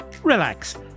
Relax